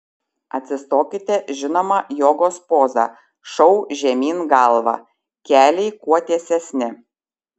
atsistokite žinoma jogos poza šou žemyn galva keliai kuo tiesesni